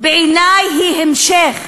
בעיני היא המשך,